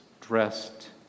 dressed